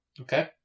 Okay